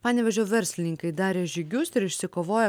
panevėžio verslininkai darė žygius ir išsikovojo